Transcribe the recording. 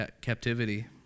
captivity